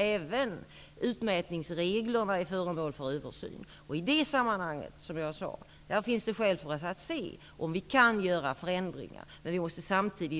Även utmätningsreglerna är föremål för en översyn. I det sammanhanget finns det, som jag också sagt, skäl att se om vi kan göra förändringar. Men samtidigt